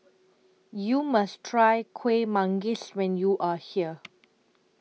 YOU must Try Kueh Manggis when YOU Are here